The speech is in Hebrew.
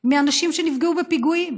מאנשים שנפגעו בפיגועים.